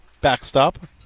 backstop